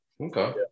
Okay